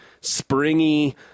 springy